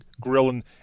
grilling